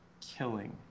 Killing